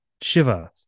Shiva